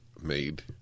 made